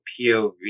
POV